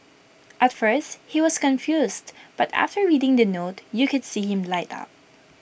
at first he was confused but after reading the note you could see him light up